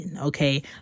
Okay